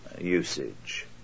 usage